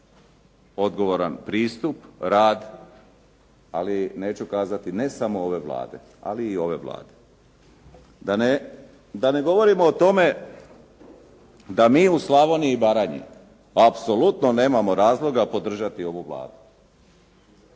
odgovoran pristup na rad, ali neću kazati ne samo ove Vlade, ali i ove Vlade. Da ne govorim o tome da mi u Slavoniji i Baranji apsolutno nemamo razloga podržati ovu Vladu.